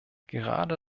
gerade